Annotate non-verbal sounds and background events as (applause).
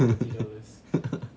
(laughs)